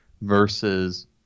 versus